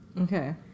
Okay